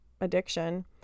addiction